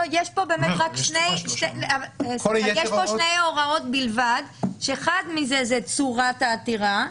יש פה שתי הוראות בלבד שאחת מהן זו צורת העתירה,